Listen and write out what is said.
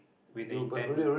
with the intent